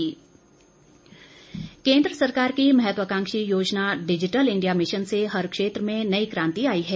digital mission केन्द्र सरकार की महत्वकांक्षी योजना डिजिटल इण्डिया मिशन से हर क्षेत्र में नई क्रांति आई है